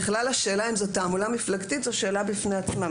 בכלל השאלה אם זאת תעמולה מפלגתית זו שאלה בפני עצמה,